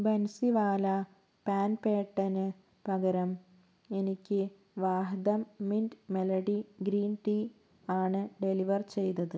ബൻസിവാല പാൻ പേട്ടന് പകരം എനിക്ക് Wahdam mint melody green tea ആണ് ഡെലിവർ ചെയ്തത്